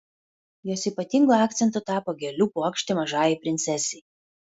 jos ypatingu akcentu tapo gėlių puokštė mažajai princesei